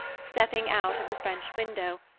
stepping out of the french window,